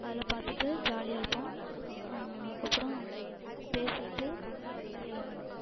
அதெலாம் பார்த்துட்டு ஜாலியாக இருப்போம் அதுக்கப்பறம் பேசிகிட்டு நிறைய